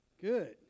Good